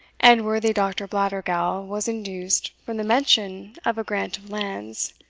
and worthy dr. blattergowl was induced, from the mention of a grant of lands,